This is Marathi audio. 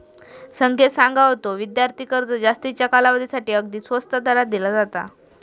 संकेत सांगा होतो, विद्यार्थी कर्ज जास्तीच्या कालावधीसाठी अगदी स्वस्त दरात दिला जाता